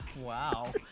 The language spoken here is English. Wow